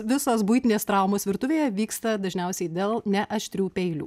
visos buitinės traumos virtuvėje vyksta dažniausiai dėl ne aštrių peilių